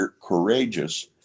courageous